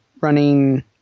running